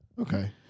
Okay